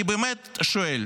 אני באמת שואל: